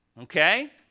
okay